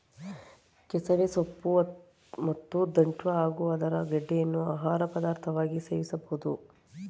ಕೆಸವೆ ಸೊಪ್ಪು ಮತ್ತು ದಂಟ್ಟ ಹಾಗೂ ಅದರ ಗೆಡ್ಡೆಯನ್ನು ಆಹಾರ ಪದಾರ್ಥವಾಗಿ ಸೇವಿಸಬೋದು